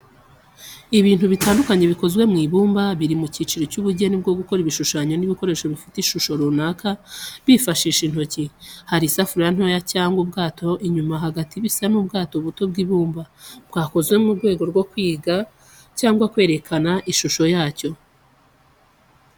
Ibintu bitandukanye bikozwe mu ibumba, biri mu cyiciro cy’ubugeni bwo gukora ibishushanyo n’ibikoresho bifite ishusho runaka bifashisha intoki. Hari isafuriya ntoya cyangwa ubwato inyuma hagati bisa n’ubwato buto bw’ibumba, bwakozwe mu rwego rwo kwiga cyangwa kwerekana ishusho yacyo.